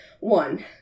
One